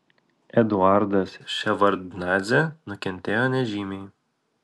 eduardas ševardnadzė nukentėjo nežymiai